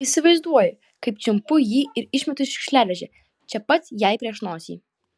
įsivaizduoju kaip čiumpu jį ir išmetu į šiukšliadėžę čia pat jai prieš nosį